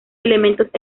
elementos